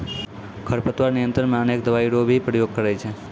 खरपतवार नियंत्रण मे अनेक दवाई रो भी प्रयोग करे छै